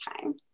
time